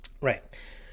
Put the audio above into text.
right